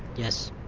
yes.